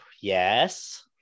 yes